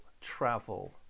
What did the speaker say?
travel